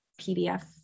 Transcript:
PDF